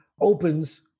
opens